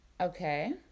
Okay